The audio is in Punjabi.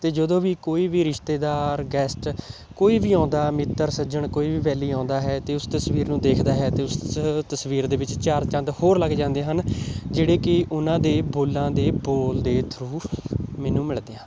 ਅਤੇ ਜਦੋਂ ਵੀ ਕੋਈ ਵੀ ਰਿਸ਼ਤੇਦਾਰ ਗੈਸਟ ਕੋਈ ਵੀ ਆਉਂਦਾ ਮਿੱਤਰ ਸੱਜਣ ਕੋਈ ਵੀ ਵੈਲੀ ਆਉਂਦਾ ਹੈ ਅਤੇ ਉਸ ਤਸਵੀਰ ਨੂੰ ਦੇਖਦਾ ਹੈ ਅਤੇ ਉਸ ਤਸਵੀਰ ਦੇ ਵਿੱਚ ਚਾਰ ਚੰਦ ਹੋਰ ਲੱਗ ਜਾਂਦੇ ਹਨ ਜਿਹੜੇ ਕਿ ਉਹਨਾਂ ਦੇ ਬੋਲਾਂ ਦੇ ਬੋਲ ਦੇ ਥਰੂ ਮੈਨੂੰ ਮਿਲਦੇ ਹਨ